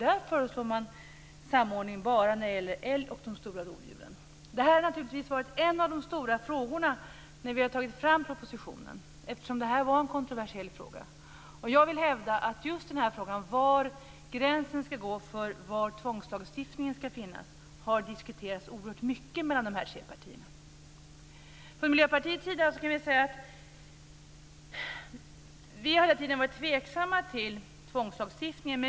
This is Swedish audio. Där föreslår man samordning bara när det gäller älg och de stora rovdjuren. Det har naturligtvis varit en av de stora frågorna när vi har tagit fram propositionen, eftersom det här var en kontroversiell fråga. Jag vill hävda att just den här frågan, frågan om var gränsen ska gå för tvångslagstiftningen, har diskuterats oerhört mycket mellan de här tre partierna. Från Miljöpartiets sida kan jag säga att vi hela tiden har varit tveksamma till tvångslagstiftning.